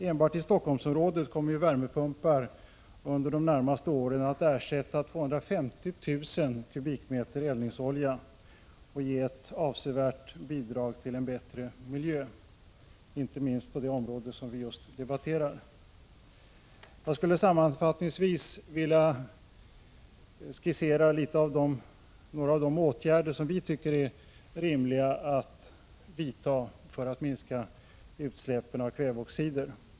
Enbart i Helsingforssområdet kommer ju den energi som skapas genom värmepumpar under de närmaste åren att ersätta energimängden från 250 000 kubikmeter eldningsolja. Detta är ett avsevärt bidrag till arbetet för en bättre miljö, inte minst när det gäller det område som vi nu debatterar. Jag skulle sammanfattningsvis vilja skissera några av de åtgärder som vi tycker är rimliga att vidta för att minska utsläppen av kväveoxider.